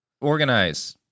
organize